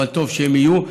אבל טוב שהם יהיו.